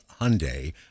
Hyundai